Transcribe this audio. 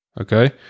Okay